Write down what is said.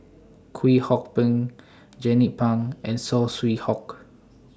Kwek Hong Png Jernnine Pang and Saw Swee Hock